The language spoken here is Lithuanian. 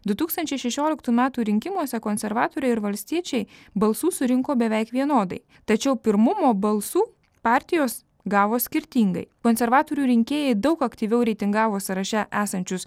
du tūkstančiai šešioliktų metų rinkimuose konservatoriai ir valstiečiai balsų surinko beveik vienodai tačiau pirmumo balsų partijos gavo skirtingai konservatorių rinkėjai daug aktyviau reitingavo sąraše esančius